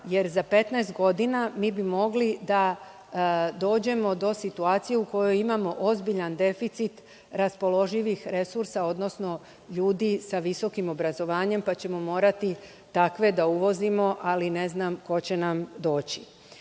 jer za 15 godina mi bi mogli da dođemo do situacije u kojoj imamo ozbiljan deficit raspoloživih resursa, odnosno ljudi sa visokim obrazovanjem, pa ćemo morati takve da uvozimo, ali ne znam ko će nam